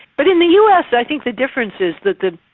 but in the us i think the difference is that the,